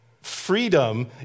freedom